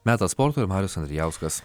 metas sportui ir marius andrijauskas